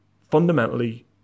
fundamentally